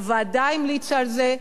הוועדה המליצה על זה,